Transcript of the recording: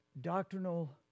doctrinal